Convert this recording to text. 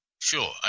Sure